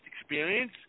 experience